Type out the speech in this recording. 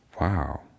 wow